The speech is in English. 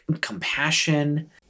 compassion